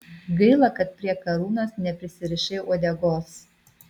gaila kad prie karūnos neprisirišai uodegos